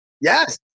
Yes